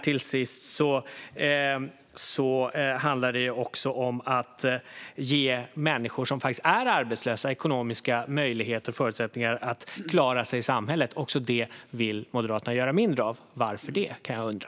Till sist handlar det om att ge människor som faktiskt är arbetslösa ekonomiska möjligheter och förutsättningar att klara sig i samhället. Också där vill Moderaterna göra mindre. Varför det? kan jag undra.